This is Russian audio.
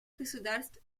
государств